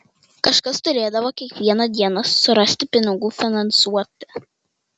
kažkas turėdavo kiekvieną dieną surasti pinigų finansuoti